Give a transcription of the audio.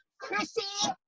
Chrissy